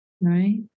Right